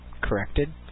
corrected